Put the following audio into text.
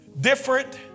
different